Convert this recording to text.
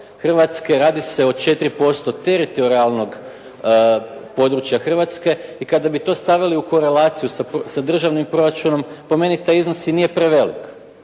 Hrvatske. Radi se o 4% teritorijalnog područja Hrvatske i kada bi to stavili u korelaciju sa državnim proračunom po meni taj iznos i nije prevelik.